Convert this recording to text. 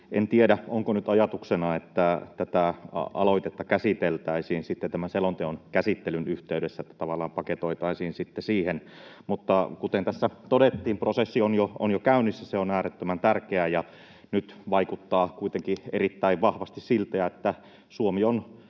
En tiedä, onko nyt ajatuksena, että tätä aloitetta käsiteltäisiin sitten tämän selonteon käsittelyn yhteydessä, että se tavallaan paketoitaisiin sitten siihen, mutta kuten tässä todettiin, prosessi on jo käynnissä, se on äärettömän tärkeää, ja nyt vaikuttaa kuitenkin erittäin vahvasti siltä, että Suomi on